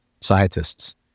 scientists